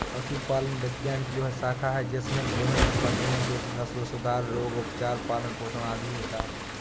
पशुपालन विज्ञान की वह शाखा है जिसमें विभिन्न पशुओं के नस्लसुधार, रोग, उपचार, पालन पोषण आदि होता है